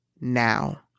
now